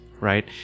right